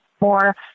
more